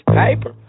paper